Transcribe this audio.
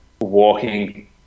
walking